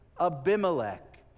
Abimelech